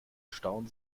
stauen